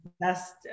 best